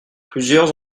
plusieurs